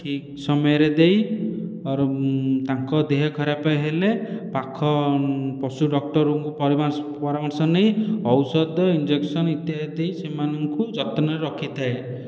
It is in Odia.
ଠିକ୍ ସମୟରେ ଦେଇ ଅର ତାଙ୍କ ଦେହ ଖରାପ ହେଲେ ପାଖ ପଶୁ ଡକ୍ଟରଙ୍କ ପରାମର୍ଶ ପରାମର୍ଶ ନେଇ ଔଷଧ ଇଞ୍ଜେକ୍ସନ ଇତ୍ୟାଦି ସେମାନଙ୍କୁ ଯତ୍ନରେ ରଖିଥାଏ